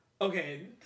okay